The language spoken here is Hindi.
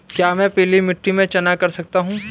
क्या मैं पीली मिट्टी में चना कर सकता हूँ?